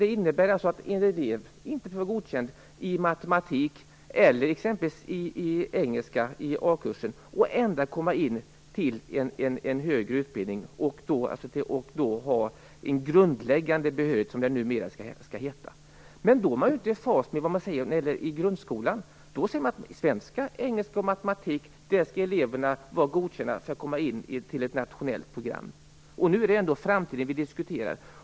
Det innebär alltså att en elev inte behöver vara godkänd i matematik eller i exempelvis engelska i a-kursen men ändå kan komma in på en högre utbildning och då ha en grundläggande behörighet, som det numera skall heta. Men då är man ju inte i fas med vad man säger när det gäller grundskolan. Där säger man att eleverna skall vara godkända i svenska, engelska och matematik för att komma in på ett nationellt program. Nu är det ändå framtiden vi diskuterar.